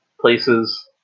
places